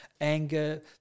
anger